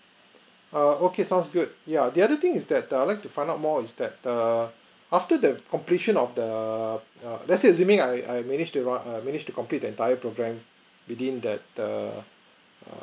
err okay sounds good yeah the other thing is that I would like to find out more is that err after that completion of the err let's say assuming I I manage to ra~ err manage to complete the entire program within that the